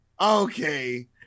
Okay